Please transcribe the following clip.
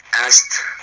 asked